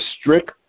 strict